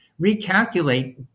recalculate